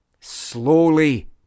Slowly